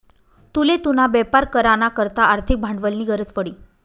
तुले तुना बेपार करा ना करता आर्थिक भांडवलनी गरज पडी